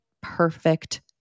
perfect